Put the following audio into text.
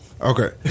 Okay